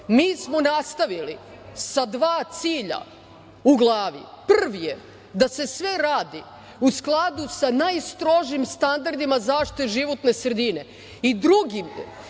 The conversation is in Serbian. smo nastavili sa dva cilja u glavi. Prvi je da se sve radi u skladu sa najstrožijim standardima zaštite životne sredine. Drugi,